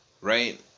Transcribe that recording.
Right